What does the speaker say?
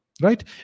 Right